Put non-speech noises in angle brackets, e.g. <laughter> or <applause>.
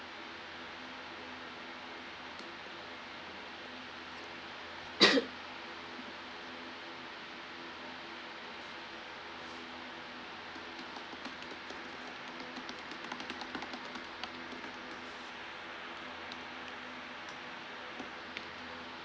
<coughs>